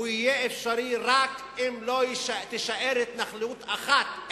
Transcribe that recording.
יהיה אפשרי רק אם לא תישאר התנחלות אחת.